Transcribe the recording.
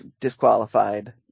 disqualified